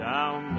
Down